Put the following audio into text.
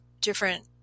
different